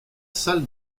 salle